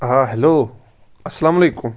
آ ہیٚلو اسلام علیکُم